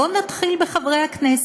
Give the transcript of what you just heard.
בוא נתחיל בחברי הכנסת.